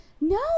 No